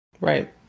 Right